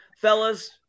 fellas